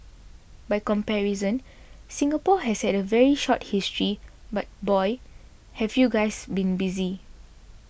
by comparison Singapore has had a very short history but boy have you guys been busy